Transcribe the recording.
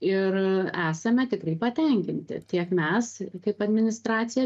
ir esame tikrai patenkinti tiek mes kaip administracija